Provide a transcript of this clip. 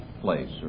place